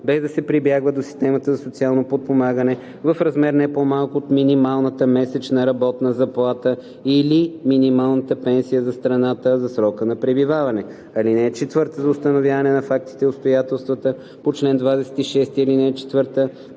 без да се прибягва до системата за социално подпомагане, в размер, не по-малък от минималната месечна работна заплата или минималната пенсия за страната за срока на пребиваване. (3) За установяване на фактите и обстоятелствата по чл. 26, ал. 4